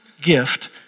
gift